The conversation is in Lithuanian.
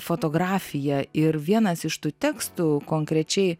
fotografiją ir vienas iš tų tekstų konkrečiai